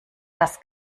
das